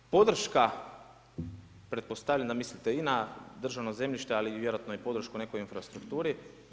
Podrška, pretpostavljam da mislite i na državno zemljište, ali i vjerojatno u podršku u nekoj infrastrukturi.